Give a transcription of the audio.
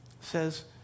Says